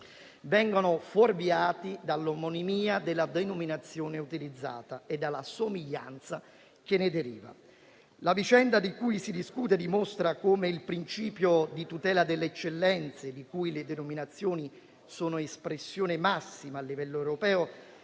vengono fuorviati dall'omonimia della denominazione utilizzata e dalla somiglianza che ne deriva. La vicenda di cui si discute dimostra come il principio di tutela delle eccellenze, di cui le denominazioni sono espressione massima a livello europeo,